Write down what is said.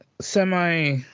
semi